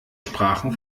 sprachen